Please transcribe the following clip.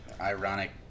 ironic